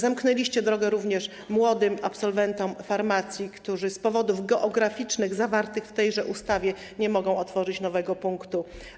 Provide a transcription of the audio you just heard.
Zamknęliście drogę również młodym absolwentom farmacji, którzy z powodów geograficznych, ujętych w tejże ustawie, nie mogą otworzyć nowego punktu.